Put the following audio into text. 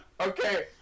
Okay